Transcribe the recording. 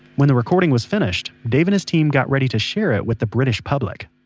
when the recording was finished, dave and his team got ready to share it with the british public